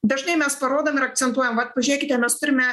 dažnai mes parodom ir akcentuojam vat pažiūrėkite mes turime